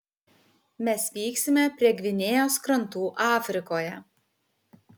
mes vyksime prie gvinėjos krantų afrikoje